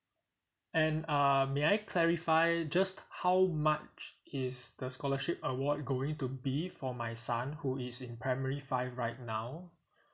and uh may I clarify just how much is the scholarship award going to be for my son who is in primary five right now